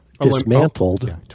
dismantled